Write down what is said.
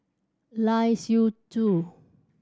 Lai Siu Chiu